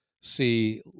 see